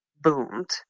boomed